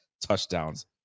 touchdowns